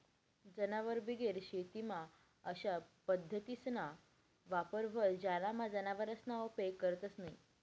जनावरबिगेर शेतीमा अशा पद्धतीसना वापर व्हस ज्यानामा जनावरसना उपेग करतंस न्हयी